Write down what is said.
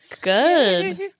Good